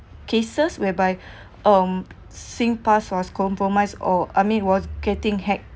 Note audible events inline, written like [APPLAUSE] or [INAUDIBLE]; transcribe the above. cases whereby [BREATH] um Singpass was compromised or I mean was getting hacked